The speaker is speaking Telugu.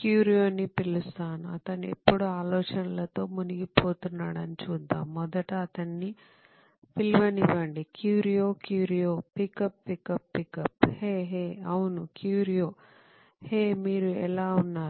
క్యూరియో ని పిలుస్తాను అతను ఎప్పుడూ ఆలోచనలతో మునిగిపోతున్నాడని చూద్దాం మొదట అతన్ని పిలవనివ్వండి Curio Curio pick up pick up pick up హ హే అవును క్యూరియో హే మీరు ఎలా ఉన్నారు